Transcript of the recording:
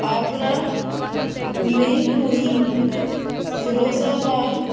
آگرہ مین پوری فیروز آباد